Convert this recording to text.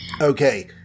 Okay